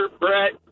Brett